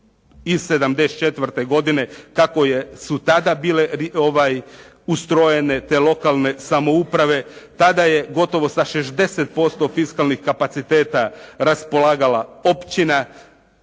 kako su tada bile ustrojene te lokalne samouprave. Tada je gotovo sa 60% fiskalnih kapaciteta raspolagala općina.